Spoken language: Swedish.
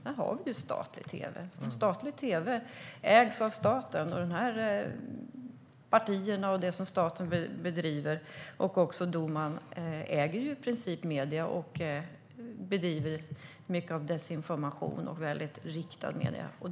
Där har man statlig tv, och partiet, staten och duman äger i princip medierna och bedriver mycket desinformation och riktade medier.